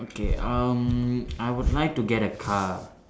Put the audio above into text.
okay um I would like to get a car